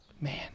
man